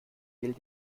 will